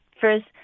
first